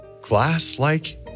glass-like